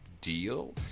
deal